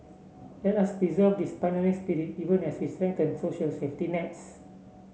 let us preserve this pioneering spirit even as we strengthen social safety nets